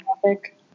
topic